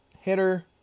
hitter